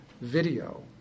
video